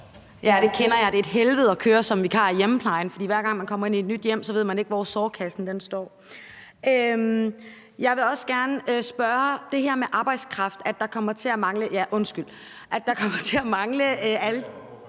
Ja, det kender jeg. Det er et helvede – undskyld! – at køre som vikar i hjemmeplejen, for hver gang man kommer ind i et nyt hjem, ved man ikke, hvor sårkassen står. Jeg vil også gerne spørge til det her med arbejdskraft, altså at der kommer til at mangle al den her arbejdskraft.